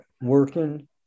working